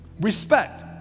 Respect